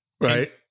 Right